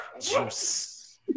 juice